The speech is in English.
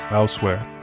elsewhere